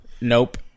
Nope